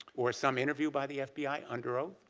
or some interview by the fbi under oath?